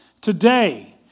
Today